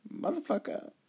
Motherfucker